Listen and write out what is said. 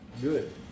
good